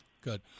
Good